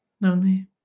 lonely